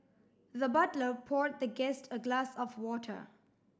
the butler poured the guest a glass of water